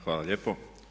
Hvala lijepo.